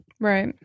Right